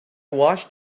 washed